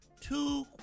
two